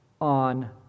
on